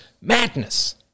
madness